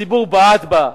הציבור בעט בה,